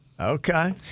Okay